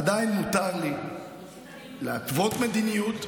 עדיין מותר לי להתוות מדיניות,